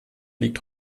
liegt